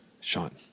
Sean